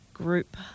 group